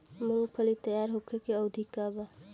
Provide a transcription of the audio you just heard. मूँगफली तैयार होखे के अवधि का वा?